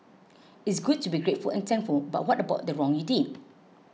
it's good to be grateful and thankful but what about the wrong you did